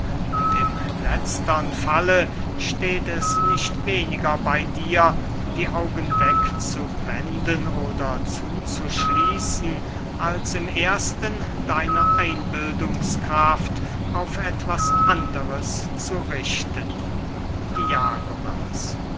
und im letztern falle steht es nicht weniger bey dir die augen wegzuwenden oder zuzuschließen als im erstern deine einbildungskraft auf etwas anderes zu richten